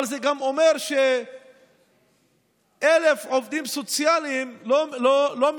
אבל זה גם אומר ש-1,000 עובדים סוציאליים לא מתפקדים,